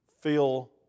Feel